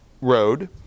road